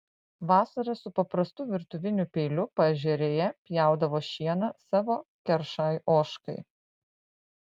vasarą su paprastu virtuviniu peiliu paežerėje pjaudavo šieną savo keršai ožkai